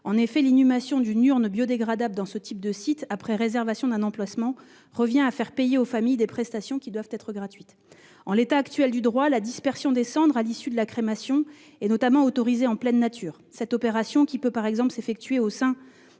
En effet, l'inhumation d'une urne biodégradable dans ce type de site, après réservation d'un emplacement, revient à faire payer aux familles des prestations qui doivent être gratuites. En l'état actuel du droit, la dispersion des cendres à l'issue de la crémation est notamment autorisée « en pleine nature ». Cette opération, qui peut par exemple s'effectuer au sein